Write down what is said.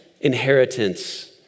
inheritance